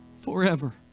forever